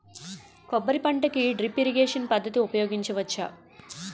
కొబ్బరి పంట కి డ్రిప్ ఇరిగేషన్ పద్ధతి ఉపయగించవచ్చా?